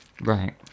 Right